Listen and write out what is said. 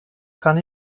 kann